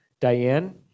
Diane